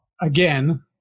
again